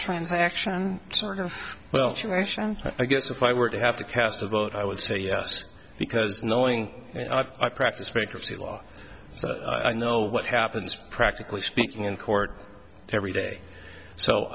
transaction well i guess if i were to have to cast a vote i would say yes because knowing i practice bankruptcy law so i know what happens practically speaking in court every day so